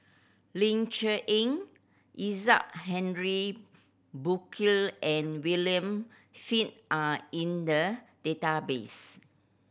Ling Cher Eng Isaac Henry Burkill and William Flint are in the database